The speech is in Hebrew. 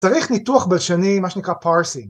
צריך ניתוח בלשני מה שנקרא Parsing.